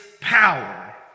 power